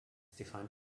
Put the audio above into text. defined